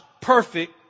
perfect